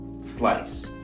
Slice